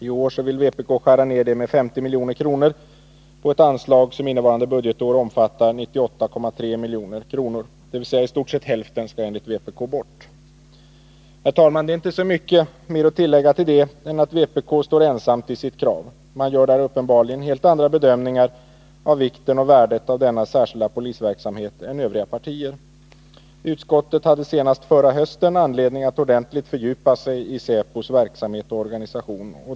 I år vill vpk skära ned med 50 milj.kr. på ett anslag som innevarande budgetår omfattar 98,3 milj.kr. — dvs. i stort sett hälften skall enligt vpk bort. Herr talman! Det är inte så mycket mer att tillägga än att vpk står ensamt i sitt krav. Man gör där uppenbarligen helt andra bedömningar av vikten och värdet av denna särskilda polisverksamhet än övriga partier. Utskottet hade senast förra hösten anledning att ordentligt fördjupa sig i säpos verksamhet och organisation.